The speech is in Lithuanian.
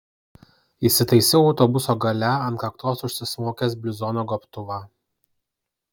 įsitaisiau autobuso gale ant kaktos užsismaukęs bluzono gobtuvą